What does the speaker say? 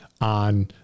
on